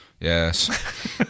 Yes